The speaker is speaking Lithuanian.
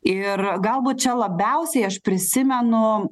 ir galbūt čia labiausiai aš prisimenu